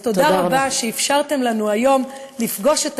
אז תודה רבה על שאפשרתם לנו היום לפגוש את